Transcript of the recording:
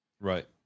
Right